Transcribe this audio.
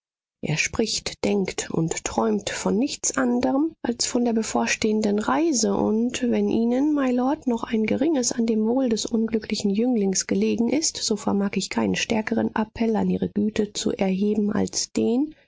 er spricht denkt und träumt von nichts anderm als von der bevorstehenden reise und wenn ihnen mylord noch ein geringes an dem wohl des unglücklichen jünglings gelegen ist so vermag ich keinen stärkeren appell an ihre güte zu erheben als den